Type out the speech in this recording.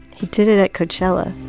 he did it at coachella